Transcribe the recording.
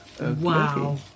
Wow